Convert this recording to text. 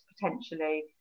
potentially